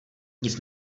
nic